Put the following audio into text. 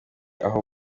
aho